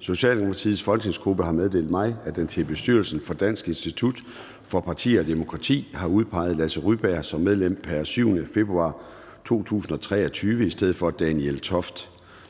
Socialdemokratiets folketingsgruppe har meddelt mig, at den til bestyrelsen for Dansk Institut for Partier og Demokrati har udpeget Lasse Rybjerg som medlem pr. 7. februar 2023 i stedet for Daniel Toft.